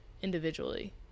individually